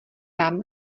tam